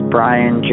Brian